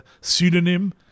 pseudonym